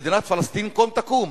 ומדינת פלסטין קום תקום.